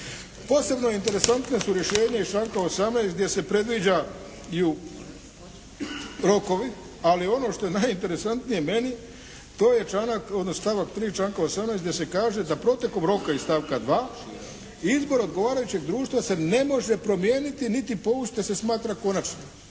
Posebno interesantna su rješenja iz članka 18. gdje se predviđaju i rokovi. Ali ono što je najinteresantnije meni, to je stavak 3. članka 18. gdje se kaže, da protekom roka iz stavka 2. izbor odgovarajućeg društva se ne može promijeniti niti povući te se smatra konačnim.